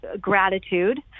gratitude